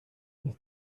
das